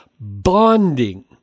bonding